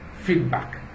feedback